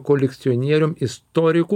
kolekcionierium istoriku